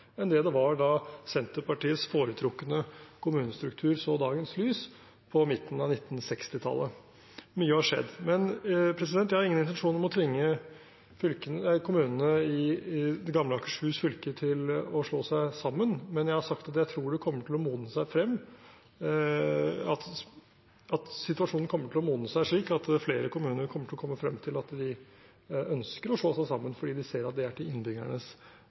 enn det det var da Senterpartiets foretrukne kommunestruktur så dagens lys, på midten av 1960-tallet. Mye har skjedd. Jeg har ingen intensjon om å tvinge kommunene i det gamle Akershus fylke til å slå seg sammen, men jeg har sagt at jeg tror situasjonen kommer til å modnes, slik at flere kommuner kommer til å komme frem til at de ønsker å slå seg sammen, fordi de ser at det er til innbyggernes